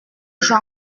jean